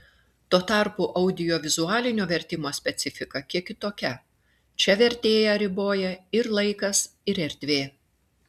tuo tarpu audiovizualinio vertimo specifika kiek kitokia čia vertėją riboja ir laikas ir erdvė